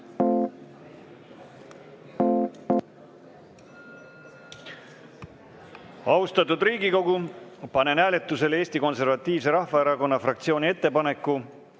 Austatud Riigikogu, panen hääletusele Eesti Konservatiivse Rahvaerakonna fraktsiooni ettepaneku